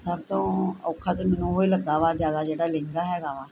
ਸਭ ਤੋਂ ਔਖਾ ਤਾਂ ਮੈਨੂੰ ਉਹੋ ਲੱਗਾ ਵਾ ਜ਼ਿਆਦਾ ਜਿਹੜਾ ਲਹਿੰਗਾ ਹੈਗਾ ਵਾ